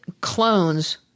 clones